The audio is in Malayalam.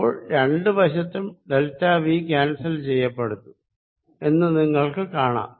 അപ്പോൾ രണ്ടു വശത്തും ഡെൽറ്റവി ക്യാൻസൽ ചെയ്യപ്പെടുന്നു എന്ന നിങ്ങൾക്ക് കാണാം